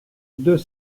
deux